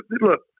Look